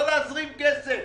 לא להזרים כסף.